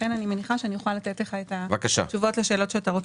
לכן אני מניחה שאני יכולה לתת לך את התשובות לשאלות שאתה רוצה.